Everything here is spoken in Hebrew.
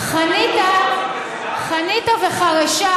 חניתה וחרשה,